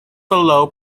below